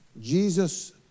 Jesus